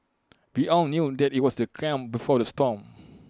we all knew that IT was the calm before the storm